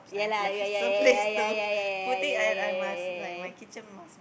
yeah lah yeah yeah yeah yeah yeah yeah yeah yeah yeah yeah yeah yeah yeah yeah